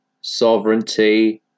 Sovereignty